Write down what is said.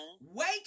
wake